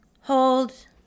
hold